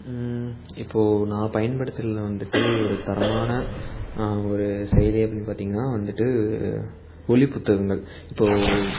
இப்போ நான் பயன்படுத்துறதில் வந்துட்டு ஒரு தரமான ஒரு செய்தி அப்படின் பார்த்திங்கன்னா வந்துட்டு ஒலி புத்தகங்கள் இப்போ